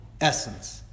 essence